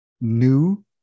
new